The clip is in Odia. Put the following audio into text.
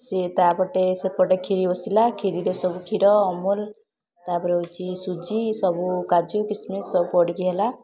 ସିଏ ତା ପଟେ ସେପଟେ ଖିରି ବସିଲା କ୍ଷୀରିରେ ସବୁ କ୍ଷୀର ଅମୁଲ୍ ତାପରେ ହେଉଛି ସୁଜି ସବୁ କାଜୁ କିସମିସ୍ ସବୁ ପଡ଼ିକି ହେଲା